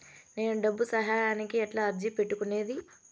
నేను డబ్బు సహాయానికి ఎట్లా అర్జీ పెట్టుకునేది?